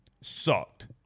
Sucked